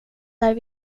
där